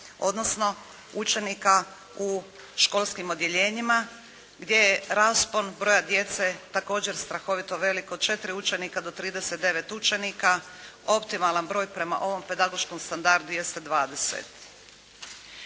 odnosno učenika u školskim odjeljenjima gdje je raspon broja djece također strahovito velik, od 4 učenika do 39 učenika. Optimalan broj prema ovom pedagoškom standardu jeste 20.